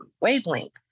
wavelength